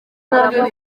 naryo